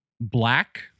Black